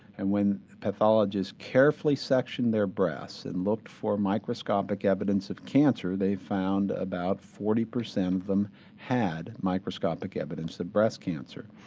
and when pathologists carefully sectioned their breasts and looked for microscopic evidence of cancer they found about forty percent of them had microscopic evidence of breast cancer.